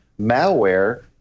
malware